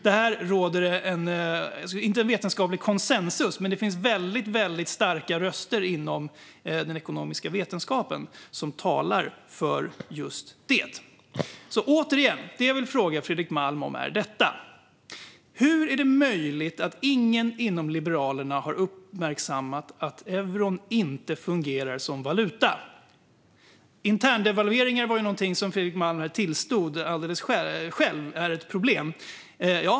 Det här råder det inte en vetenskaplig konsensus kring, men det finns väldigt starka röster inom den ekonomiska vetenskapen som talar för just det. Det jag återigen vill fråga Fredrik Malm om är detta: Hur är det möjligt att inte någon inom Liberalerna har uppmärksammat att euron inte fungerar som valuta? Interndevalveringar var ju någonting som Fredrik Malm själv tillstod är ett problem.